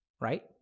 Right